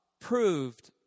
proved